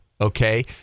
Okay